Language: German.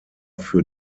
für